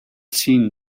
seen